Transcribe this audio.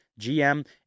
GM